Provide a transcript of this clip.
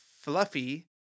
fluffy